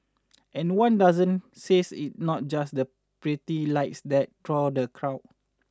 and one docent says it's not just the pretty lights that draw the crowds